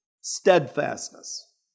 steadfastness